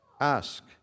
ask